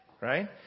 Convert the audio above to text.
right